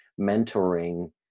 mentoring